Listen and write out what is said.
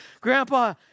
grandpa